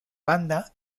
banda